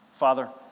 Father